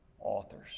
authors